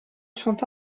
sont